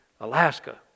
Alaska